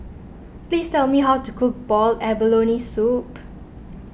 please tell me how to cook Boiled Abalone Soup